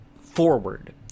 forward